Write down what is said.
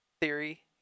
theory